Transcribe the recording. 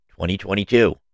2022